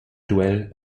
duell